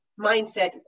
mindset